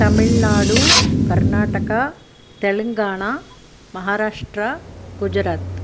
तमिळ्नाडुः कर्नाटकः तेलङ्गणा महाराष्ट्रः गुजरातः